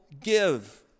give